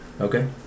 Okay